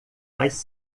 mais